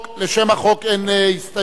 לשם החוק אין הסתייגויות,